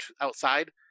outside